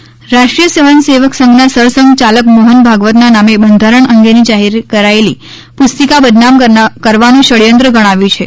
S રાષ્ટ્રીય સ્વયં સેવકસંધના સરસંધ ચાલક મોહન ભાગવતના નામે બંધારણ અંગેની જાહેર કરાયેલી પુસ્તિકા બદનામ કરવાનું ષડયંત્ર ગણાવ્યું છે